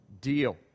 deal